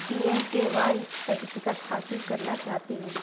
پی M K Y certificate حاصل کرنا چاہتی ہوں